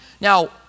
Now